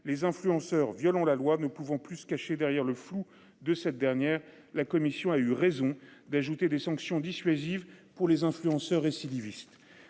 Les influenceurs violent la loi ne pouvant plus se cacher derrière le flou de cette dernière, la commission a eu raison d'ajouter des sanctions dissuasives pour les influenceurs récidiviste.